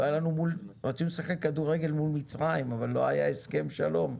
רצינו לשחק כדורגל מול מצרים אבל לא היה הסכם שלום,